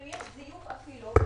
יש זיוף אפילו,